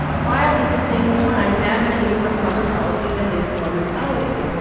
while at the same time advocating for public policy that is one-sided?